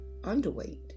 underweight